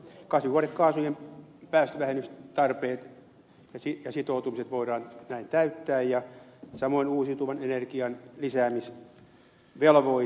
kasvihuonekaasujen päästövähennystarpeet ja sitoutumiset vähennyksiin voidaan näin täyttää ja samoin uusiutuvan energian lisäämisvelvoite